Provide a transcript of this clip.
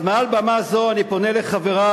אז מעל במה זו אני פונה לחברי,